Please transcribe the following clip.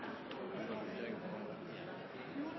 president, jeg setter veldig pris på